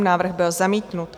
Návrh byl zamítnut.